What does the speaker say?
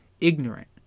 ignorant